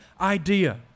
idea